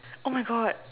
oh my God